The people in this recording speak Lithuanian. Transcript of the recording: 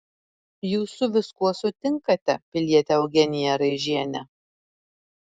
jūs su viskuo sutinkate piliete eugenija raižiene